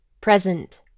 present